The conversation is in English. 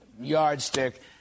yardstick